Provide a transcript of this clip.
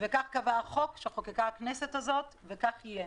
כך קבע החוק שחוקקה הכנסת הזאת, וכך יהיה.